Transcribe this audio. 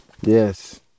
Yes